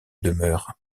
demeure